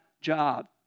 job